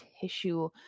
tissue